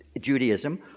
Judaism